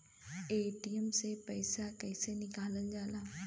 Paytm से कैसे पैसा निकलल जाला?